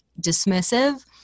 dismissive